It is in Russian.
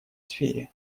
сфере